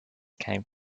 came